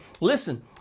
listen